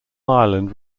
ireland